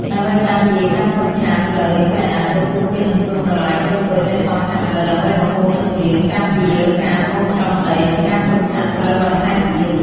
ដើម្បីការពារការខូចខាតផ្លូវនាពេលអនាគត ពួកគេនឹងធ្វើប្រឡាយតូចៗនៅសងខាងផ្លូវដើម្បីបង្ហូរទឹកភ្លៀង ការពារការហូរច្រោះដី និងការខូចខាតផ្លូវបន្ថែមទៀត។